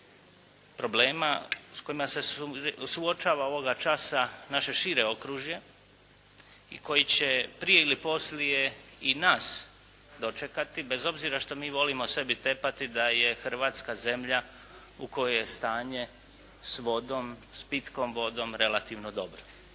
problema s kojima se suočava ovoga časa naše šire okružje i koji će prije ili poslije i nas dočekati bez obzira što mi volimo sebi tepati da je Hrvatska zemlja u kojoj je stanje s vodom, s pitkom vodom relativno dobro.